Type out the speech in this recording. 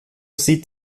sieht